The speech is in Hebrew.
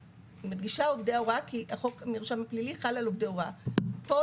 כי החוק במרשם הפלילי חל על עובדי הוראה - כל